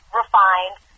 refined